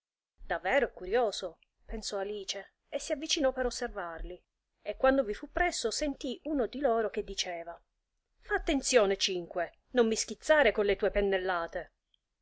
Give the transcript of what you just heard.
davvero è curioso pensò alice e si avvicinò per osservarli e quando vi fu presso sentì che uno di loro diceva fa attenzione cinque non mi schizzare con le tue pennellate